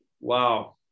Wow